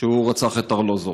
שהוא רצח את ארלוזורוב?